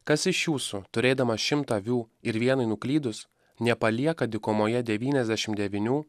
kas iš jūsų turėdamas šimtą avių ir vienai nuklydus nepalieka dykumoje devyniasdešimt devynių